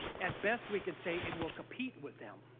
at best we can say it will compete with them.